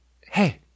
hey